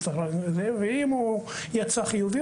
אם הוא יצא חיובי,